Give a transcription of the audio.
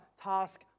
task